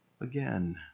again